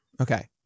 Okay